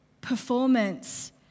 performance